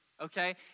okay